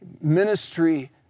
Ministry